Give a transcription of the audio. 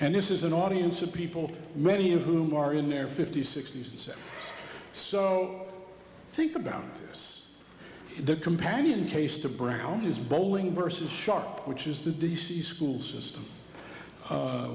and this is an audience of people many of whom are in their fifty's sixty's and said so think about this the companion case to brown is bowling versus shark which is the d c school system